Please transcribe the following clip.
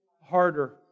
harder